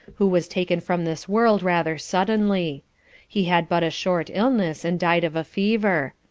who was taken from this world rather suddenly he had but a short illness, and died of a fever.